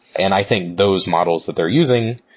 and i think those models that they're using,